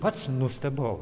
pats nustebau